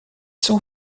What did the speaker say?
sont